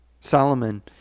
Solomon